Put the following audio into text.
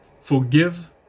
Forgive